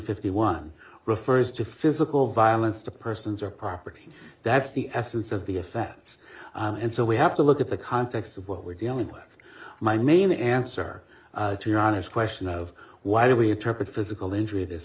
fifty one refers to physical violence to persons or property that's the essence of the offense and so we have to look at the context of what we're dealing with my name in answer to your honor's question of why we interpret physical injury this